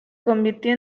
convirtió